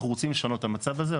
אנחנו רוצים לשנות את המצב הזה,